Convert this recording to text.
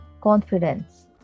confidence